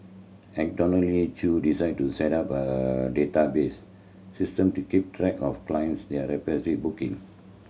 Chew decided to set up a database system to keep track of clients their booking